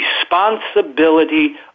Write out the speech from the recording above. responsibility